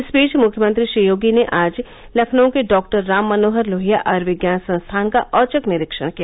इस बीच मुख्यमंत्री श्री योगी ने आज लखनऊ के डॉक्टर राम मनोहर लोहिया आयर्विज्ञान संस्थान का ओचक निरीक्षण किया